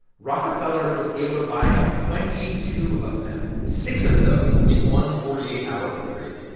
rockefeller was able to buy up twenty two of them, six of those in one forty eight hour period.